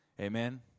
Amen